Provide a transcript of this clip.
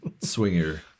swinger